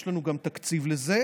יש לנו גם תקציב לזה.